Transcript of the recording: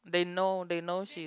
they know they know she